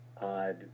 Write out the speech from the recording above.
odd